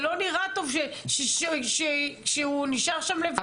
זה לא נראה טוב שהוא נשאר שם לבד.